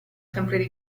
sempre